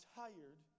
tired